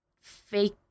fake